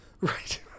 Right